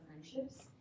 friendships